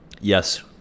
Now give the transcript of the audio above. Yes